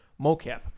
mocap